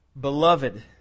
Beloved